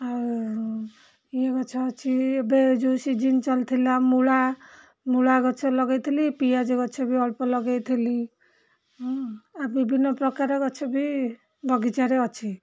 ଆଉ ଇଏ ଗଛ ଅଛି ଏବେ ଯେଉଁ ସିଜିନ୍ ଚାଲୁଥିଲା ମୂଳା ମୂଳା ଗଛ ଲଗେଇଥିଲି ପିଆଜ ଗଛ ବି ଅଳ୍ପ ଲଗେଇଥିଲି ଆଉ ବିଭିନ୍ନ ପ୍ରକାର ଗଛ ବି ବଗିଚାରେ ଅଛି